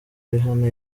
rihanna